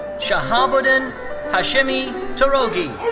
shahaboddin hashemi toroghi.